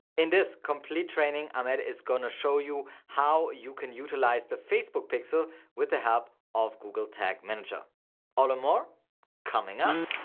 in this complete training, ahmad is going to show you how you can utilize the facebook pixel with the help of google tag manager all and more coming up.